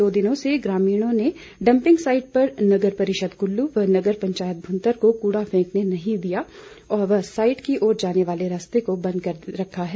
बीते दो दिनों से ग्रामीणों ने डंपिंग साइट पर नगर परिषद कल्लू व नगर पंचायत भूंतर को कूड़ा फेंकने नहीं दिया है व साइट की ओर जाने वाले रास्ते को बंद कर रखा है